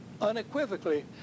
unequivocally